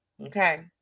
okay